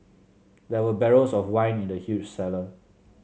there were barrels of wine in the huge cellar